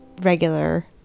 Regular